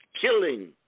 killing